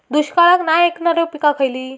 दुष्काळाक नाय ऐकणार्यो पीका खयली?